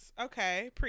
okay